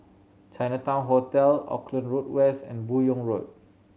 Chinatown Hotel Auckland Road West and Buyong Road